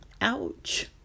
Ouch